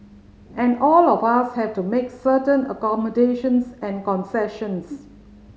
and all of us have to make certain accommodations and concessions